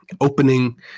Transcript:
opening